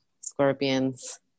Scorpions